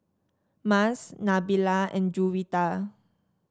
Mas Nabila and Juwita